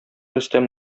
рөстәм